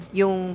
yung